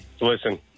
Listen